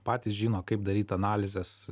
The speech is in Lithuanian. patys žino kaip daryt analizes